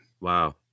Wow